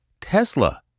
Tesla